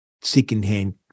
secondhand